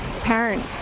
parent